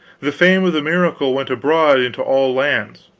the fame of the miracle went abroad into all lands.